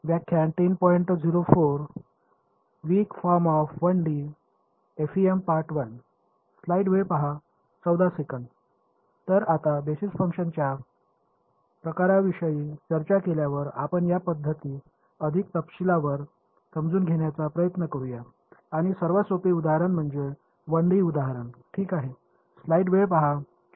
तर आता बेसिस फंक्शन्सच्या प्रकारांविषयी चर्चा केल्यावर आपण या पध्दती अधिक तपशीलवार समजून घेण्याचा प्रयत्न करूया आणि सर्वात सोपी उदाहरण म्हणजे 1D उदाहरण ठीक आहे